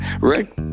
Rick